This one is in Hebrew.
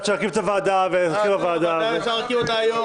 ועד שנרכיב את הוועדה --- אפשר להקים אותה היום.